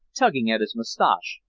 tugging at his mustache,